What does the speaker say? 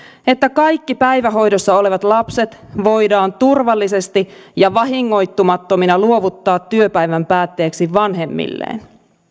että kaikki päivähoidossa olevat lapset voidaan turvallisesti ja vahingoittumattomina luovuttaa työpäivän päätteeksi vanhemmilleen